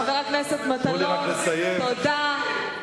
חבר הכנסת מטלון, תודה.